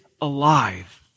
alive